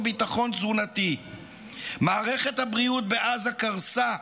ביטחון תזונתי'"; "מערכת הבריאות בעזה קרסה,